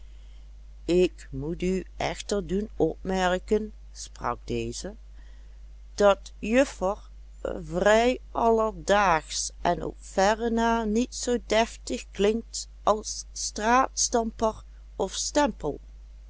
ik moet u echter doen opmerken sprak deze dat juffer vrij alledaagsch en op verre na niet zoo deftig klinkt als straatstamper of stempel